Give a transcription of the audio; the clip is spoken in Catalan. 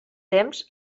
temps